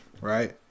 right